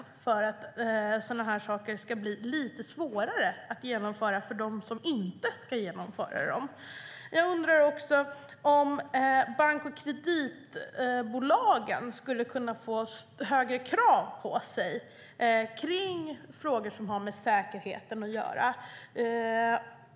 Då skulle det bli lite svårare att genomföra adressändringar och liknande för dem som inte ska genomföra dem. Jag undrar också om bank och kreditbolagen skulle kunna ha högre krav på sig när det gäller sådant som har med säkerheten att göra.